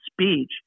speech